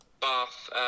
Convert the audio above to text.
Bath